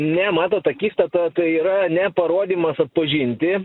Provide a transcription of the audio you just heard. ne matot akistata tai yra ne parodymas atpažinti